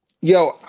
Yo